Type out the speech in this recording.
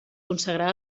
consagrà